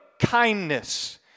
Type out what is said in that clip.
kindness